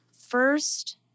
First